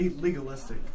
legalistic